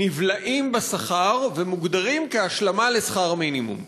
נבלעים בשכר ומוגדרים כהשלמה לשכר מינימום.